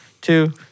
two